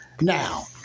Now